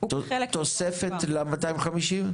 תוספת ל-250?